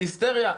בהיסטריה.